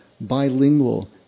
bilingual